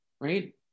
right